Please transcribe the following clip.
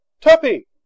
Tuppy